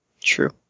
true